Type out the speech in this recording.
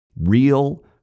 Real